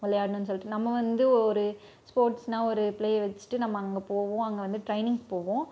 விளையாடுணும்ன் சொல்லிட்டு நம்ம வந்து ஒரு ஸ்போர்ட்ஸ்னா ஒரு ப்ளே வெச்சுட்டு நம்ம அங்கே போவோம் அங்கே வந்து ட்ரெய்னிங் போவோம்